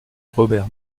robert